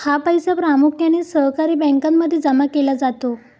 हा पैसा प्रामुख्याने सहकारी बँकांमध्ये जमा केला जातो